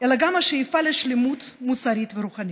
אלא גם השאיפה לשלמות מוסרית ורוחנית".